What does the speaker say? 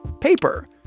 paper